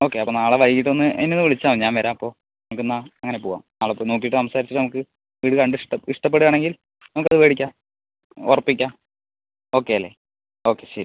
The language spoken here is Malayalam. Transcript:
ഓക്കെ അപ്പം നാളെ വൈകീട്ടൊന്ന് എന്നെ ഒന്ന് വിളിച്ചാൽ മതി ഞാൻ വരാം അപ്പോൾ നമുക്കെന്നാൽ അങ്ങനെ പോവാം നാളെ പോയി നോക്കീട്ട് സംസാരിച്ചിട്ട് നമുക്ക് വീട് കണ്ട് ഇഷ്ടം ഇഷ്ട്ടപ്പെടുവാണെങ്കിൽ നമുക്ക് അത് മേടിക്കാം ഉറപ്പിക്കാം ഓക്കെ അല്ലെ ഓക്കെ ശരി